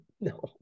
No